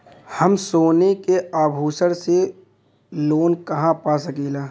हम सोने के आभूषण से लोन कहा पा सकीला?